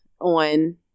on